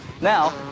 Now